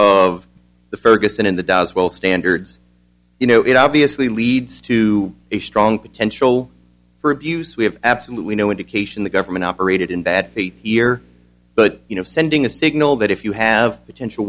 ferguson and the dow's well standards you know it obviously leads to a strong potential for abuse we have absolutely no indication the government operated in bad faith here but you know sending a signal that if you have potential